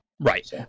Right